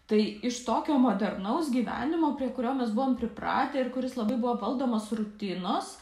tai iš tokio modernaus gyvenimo prie kurio mes buvom pripratę ir kuris labai buvo valdomas rutinos